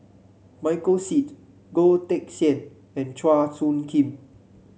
Michael Seet Goh Teck Sian and Chua Soo Khim